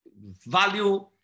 value